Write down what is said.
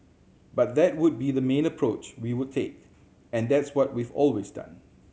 but that would be the main approach we would take and that's what we've always done